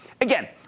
Again